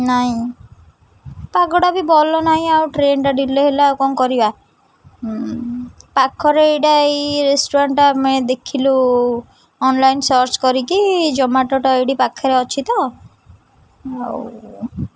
ନାଇଁ ପାଗଟା ବି ଭଲ ନାହିଁ ଆଉ ଟ୍ରେନଟା ଡିଲେ ହେଲା ଆଉ କ'ଣ କରିବା ପାଖରେ ଏଇଟା ଏଇ ରେଷ୍ଟୁରାଣ୍ଟଟା ଆମେ ଦେଖିଲୁ ଅନଲାଇନ୍ ସର୍ଚ୍ଚ କରିକି ଜୋମାଟୋଟା ଏଇଠି ପାଖରେ ଅଛି ତ ଆଉ